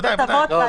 בבית אבות,